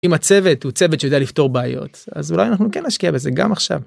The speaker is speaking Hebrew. אם הצוות הוא צוות שיודע לפתור בעיות, אז אולי אנחנו כן נשקיע בזה, גם עכשיו.